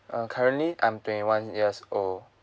uh currently I'm twenty one years old